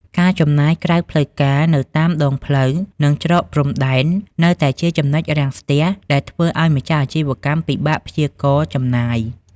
ការចំណាយក្រៅផ្លូវការ នៅតាមដងផ្លូវ និងច្រកព្រំដែន នៅតែជាចំណុចរាំងស្ទះដែលធ្វើឱ្យម្ចាស់អាជីវកម្មពិបាកព្យាករណ៍ចំណាយ។